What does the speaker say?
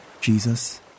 Jesus